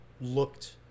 looked